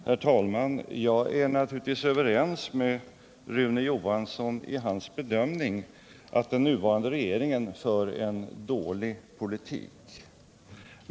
Herr talman! Jag är överens med Rune Johansson i hans bedömning att den nuvarande regeringen för en dålig politik.